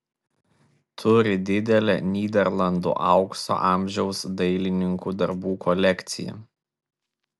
turi didelę nyderlandų aukso amžiaus dailininkų darbų kolekciją